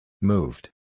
Moved